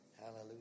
Hallelujah